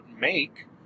make